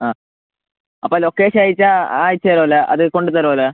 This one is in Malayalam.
ആ അപ്പം ലൊക്കേഷൻ അയച്ചാൽ അയച്ചുതരുമല്ലോ അത് കൊണ്ട് തരുമല്ലോ